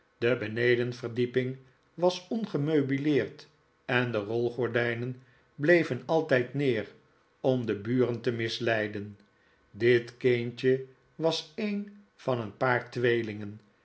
de benedenverdieping was ongemeubileerd en de rolgordijnen bleven altijd neer om de buren te misleiden dit kindje was een van een paar tweelingen